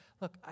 Look